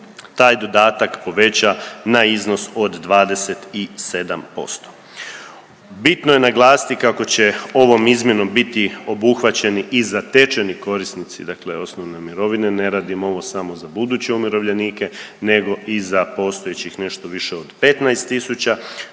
taj dodatak poveća na iznos od 27%. Bitno je naglasiti kako će ovom izmjenom biti obuhvaćeni i zatečeni korisnici dakle osnovne mirovine, ne radimo ovo samo za buduće umirovljenike nego i za postojećih nešto više od 15